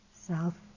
south